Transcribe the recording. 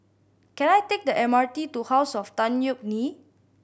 can I take the M R T to House of Tan Yeok Nee